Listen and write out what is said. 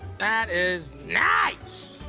that is nice!